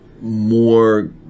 more